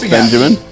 Benjamin